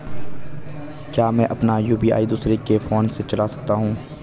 क्या मैं अपना यु.पी.आई दूसरे के फोन से चला सकता हूँ?